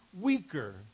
weaker